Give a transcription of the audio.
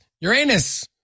Uranus